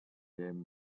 aime